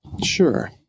Sure